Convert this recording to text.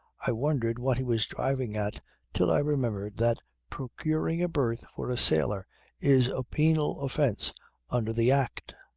i wondered what he was driving at till i remembered that procuring a berth for a sailor is a penal offence under the act.